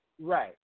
Right